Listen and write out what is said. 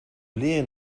leren